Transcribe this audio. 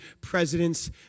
presidents